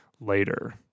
later